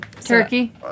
turkey